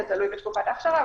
זה תלוי בתקופת ההכשרה,